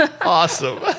awesome